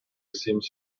seems